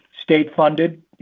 state-funded